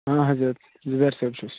آ حَضرَت گُلزار صٲب چھُس